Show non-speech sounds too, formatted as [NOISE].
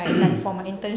[COUGHS]